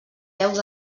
peus